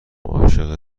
عاشق